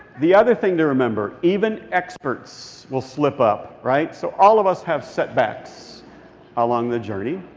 the other thing to remember. even experts will slip up, right? so all of us have setbacks along the journey.